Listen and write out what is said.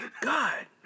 God